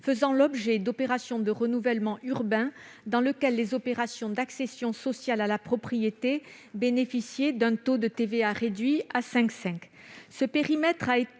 faisant l'objet d'opérations de renouvellement urbain. Dans celui-ci, les opérations d'accession sociale à la propriété bénéficiaient d'un taux de TVA réduit de 5,5 %. Ce périmètre a été